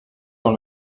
dans